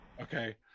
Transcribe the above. okay